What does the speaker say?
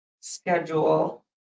Schedule